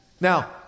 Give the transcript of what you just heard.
Now